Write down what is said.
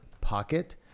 Pocket